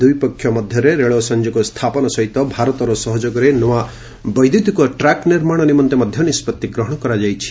ଦୁଇପକ୍ଷ ମଧ୍ୟରେ ରେଳ ସଂଯୋଗ ସ୍ଥାପନ ସହିତ ଭାରତର ସହଯୋଗରେ ନୂଆ ବୈଦ୍ୟୁତିକ ଟ୍ରାକ୍ ନିର୍ମାଣ ନିମନ୍ତେ ମଧ୍ୟ ନିଷ୍ପଭି ନିଆଯାଇଛି